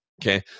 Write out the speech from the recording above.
Okay